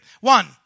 One